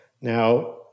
Now